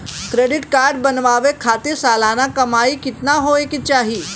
Credit card बनवावे खातिर सालाना कमाई कितना होए के चाही?